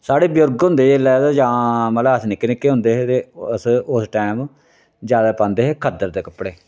साढ़े बजुर्ग होंदे हे जेल्लै जां मतलब अस निक्के निक्के होंदे हे ते अस उस टैम ज्यादा पांदे हे खद्धड़ दे कपड़े